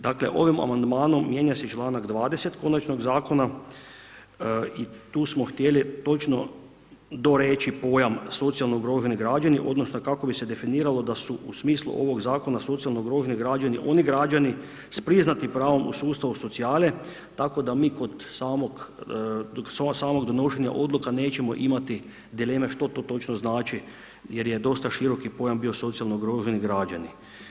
Dakle ovim amandmanom mijenja se i članak 20. konačnog zakona i tu smo htjeli točno doreći pojam socijalno ugroženi građani odnosno kako bi se definiralo da su u smislu ovog zakona socijalno ugroženi građani oni građani s priznatim pravom u sustavu socijale tako mi kod samog donošenja odluka nećemo imati dileme što to točno znači jer je dosta široki pojam bio socijalno ugroženi građani.